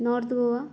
north Goa